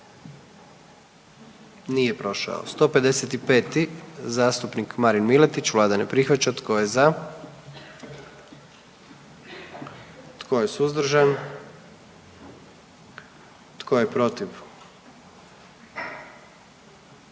44. Kluba zastupnika SDP-a, vlada ne prihvaća. Tko je za? Tko je suzdržan? Tko je protiv?